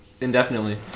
indefinitely